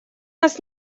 нас